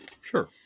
Sure